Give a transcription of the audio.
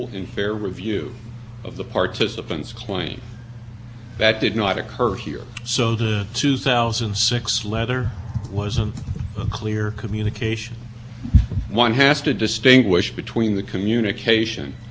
participants claim that did not occur here so the two thousand and six letter wasn't clear communication one has to distinguish between the communication that they didn't have you in the